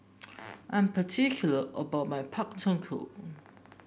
I'm particular about my Pak Thong Ko